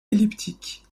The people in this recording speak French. elliptique